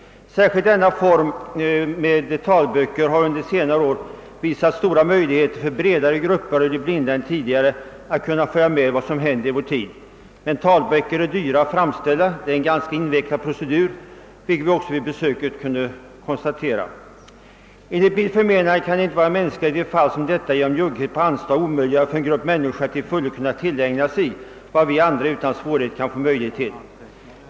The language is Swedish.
Särskilt talböckerna har under senare år givit större möjligheter för bredare grupper blinda än tidigare att följa med det som händer i vår tid. Men talböcker är dyra i framställning; det är en ganska invecklad procedur, vilket vi också vid besöket hade tillfälle att konstatera. Enligt mitt förmenande kan det inte vara mänskligt att i ett fall som detta genom njugghet med anslag omöjliggöra för en grupp människor att till fullo tillägna sig vad vi andra utan svårighet har möjlighet till.